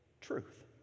truth